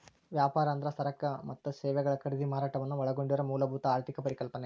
ವ್ಯಾಪಾರ ಅಂದ್ರ ಸರಕ ಮತ್ತ ಸೇವೆಗಳ ಖರೇದಿ ಮಾರಾಟವನ್ನ ಒಳಗೊಂಡಿರೊ ಮೂಲಭೂತ ಆರ್ಥಿಕ ಪರಿಕಲ್ಪನೆ